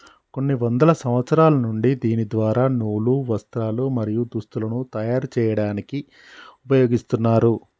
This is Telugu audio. కొన్ని వందల సంవత్సరాల నుండి దీని ద్వార నూలు, వస్త్రాలు, మరియు దుస్తులను తయరు చేయాడానికి ఉపయోగిస్తున్నారు